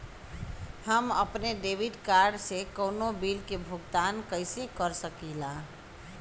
हम अपने debit card से कउनो बिल के भुगतान कइसे कर सकीला?